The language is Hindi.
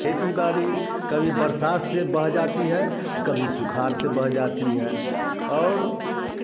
खेती बाड़ी कभी बरसात से बह जाती है तो कभी सुखाड़ से बह जाती है और